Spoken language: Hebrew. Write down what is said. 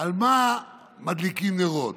על מה מדליקים נרות,